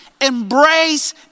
Embrace